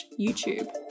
YouTube